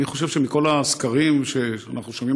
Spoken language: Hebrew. אני חושב שמכל הסקרים שאנחנו שומעים